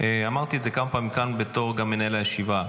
אמרתי את זה כמה פעמים כאן גם בתור מנהל הישיבה,